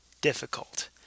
difficult